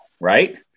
right